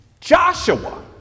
Joshua